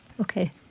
Okay